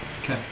Okay